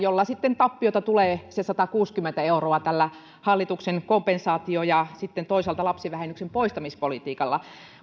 sitten tappiota tulee se satakuusikymmentä euroa tällä hallituksen kompensaatiopolitiikalla ja sitten toisaalta lapsivähennyksen poistamispolitiikalla